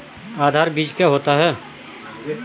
आधार बीज क्या होता है?